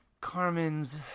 Carmen's